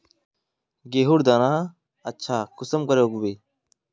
गेहूँर दाना अच्छा कुंसम के उगबे?